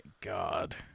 God